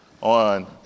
on